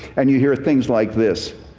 and you hear things like this,